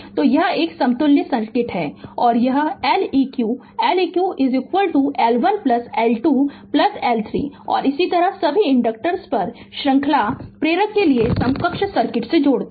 तो यह एक समतुल्य सर्किट है और यह L eq L eq L 1 plus L 2 plus L 3 है और इसी तरह सभी इंडक्टर्स पर श्रृंखला प्रारंभ करनेवाला के लिए समकक्ष सर्किट में जोड़ते है